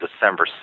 December